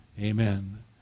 amen